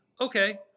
okay